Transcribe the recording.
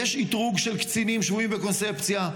יש אתרוג של קצינים שבויים בקונספציה.